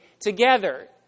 together